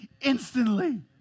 instantly